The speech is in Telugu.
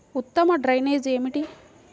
ఉత్తమ డ్రైనేజ్ ఏమిటి?